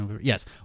Yes